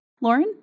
Lauren